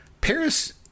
Paris